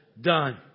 done